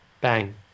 bang